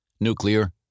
nuclear